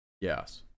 Yes